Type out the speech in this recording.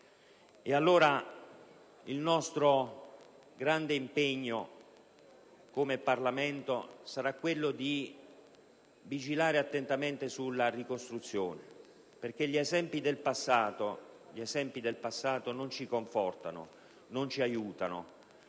in terremoto. L'impegno futuro del Parlamento sarà quello di vigilare attentamente sulla ricostruzione, perché gli esempi del passato non ci confortano, non ci aiutano.